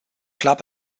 club